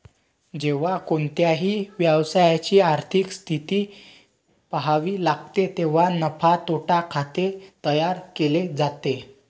जेव्हा कोणत्याही व्यवसायाची आर्थिक स्थिती पहावी लागते तेव्हा नफा तोटा खाते तयार केले जाते